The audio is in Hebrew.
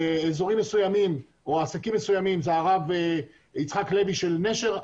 אזורים או עסקים מסוימים אחרים זה הרב יצחק לוי מנשר.